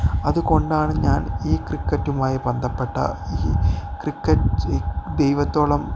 അതുകൊണ്ടാണ് ഞാൻ ഈ ക്രിക്കറ്റുമായി ബന്ധപ്പെട്ട ഈ ക്രിക്കറ്റ് ദൈവത്തോളം